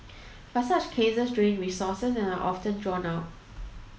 but such cases drain resources and are often drawn out